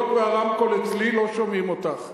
והיות שהרמקול אצלי לא שומעים אותך,